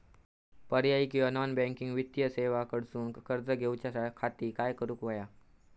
पर्यायी किंवा non banking वित्तीय सेवा कडसून कर्ज घेऊच्या खाती काय करुक होया?